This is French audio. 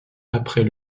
après